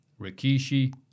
Rikishi